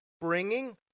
bringing